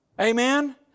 Amen